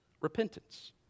Repentance